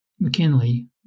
McKinley